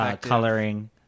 coloring